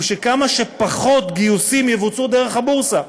הוא שכמה שפחות גיוסים יבוצעו דרך הבורסה,